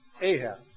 Ahab